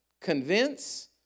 convince